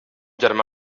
germà